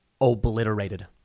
obliterated